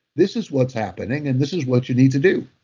this is what's happening and this is what you need to do.